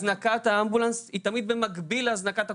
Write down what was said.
הזנקת האמבולנס היא תמיד במקביל להזנקת הכונן.